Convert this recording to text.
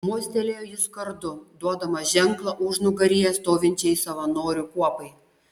mostelėjo jis kardu duodamas ženklą užnugaryje stovinčiai savanorių kuopai